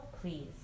please